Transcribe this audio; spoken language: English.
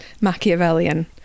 Machiavellian